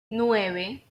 nueve